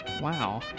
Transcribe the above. wow